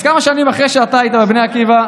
אז כמה שנים אחרי שאתה היית בבני עקיבא,